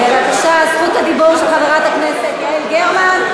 בבקשה, זכות הדיבור של חברת הכנסת יעל גרמן.